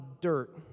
dirt